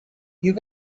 you